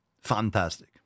fantastic